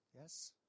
Yes